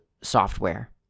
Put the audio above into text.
software